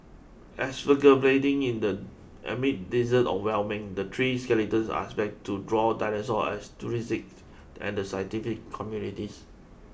excavated in the amid desert of Wyoming the three skeletons are expect to draw dinosaur enthusiasts and the scientific communities